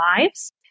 lives